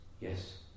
Yes